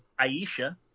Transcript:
Aisha